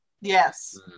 Yes